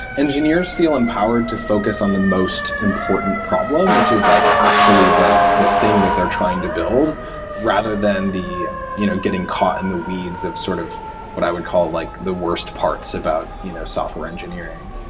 engineers feel empowered to focus on the most important problem, which is like actually the the thing that they're trying to build rather than you know getting caught in the weeds of sort of what i would call like the worst parts about you know software engineering.